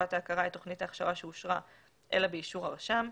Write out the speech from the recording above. תקופת ההכרה את תוכנית ההכשרה שאושרה אלא באישור הרשם.